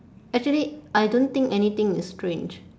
actually I don't think anything is strange